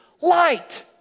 light